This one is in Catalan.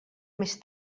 més